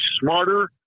smarter